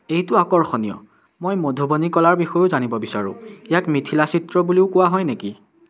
এইটো আকৰ্ষণীয় মই মধুবনী কলাৰ বিষয়েও জানিব বিচাৰোঁ ইয়াক মিথিলা চিত্ৰ বুলিও কোৱা হয় নেকি